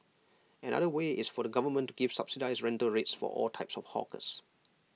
another way is for the government to give subsidised rental rates for all types of hawkers